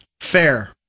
Fair